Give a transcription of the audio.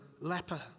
leper